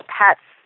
pets